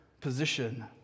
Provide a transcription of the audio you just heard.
position